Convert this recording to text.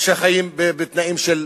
שחיים בתנאים של